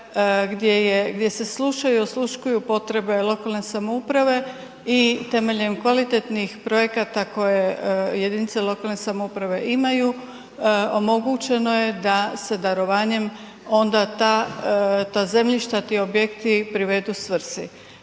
gdje se slušaju i osluškuju potrebe lokalne samouprave i temeljem kvalitetnih projekata koje jedinice lokalne samouprave imaju omogućeno je da se darovanjem onda ta zemljišta ti objekti privedu svri.